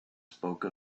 spoke